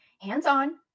hands-on